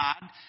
God